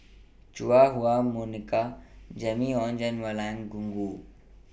Chua Ah Huwa Monica Jimmy Ong and Wang Gungwu